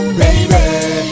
baby